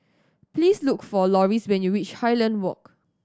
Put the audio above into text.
please look for Loris when you reach Highland Walk